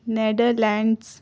nether lands